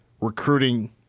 recruiting